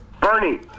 Bernie